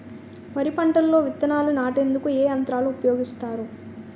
వరి పంటలో విత్తనాలు నాటేందుకు ఏ యంత్రాలు ఉపయోగిస్తారు?